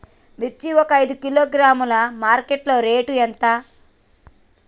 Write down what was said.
మిర్చి ఒక ఐదు కిలోగ్రాముల మార్కెట్ లో రేటు ఎంత?